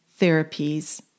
therapies